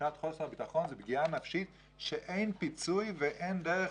תחושת חוסר הביטחון זו פגיעה נפשית שאין פיצוי ואין דרך,